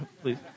Please